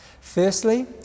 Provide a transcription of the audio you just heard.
Firstly